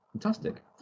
Fantastic